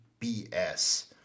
BS